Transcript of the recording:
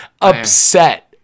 upset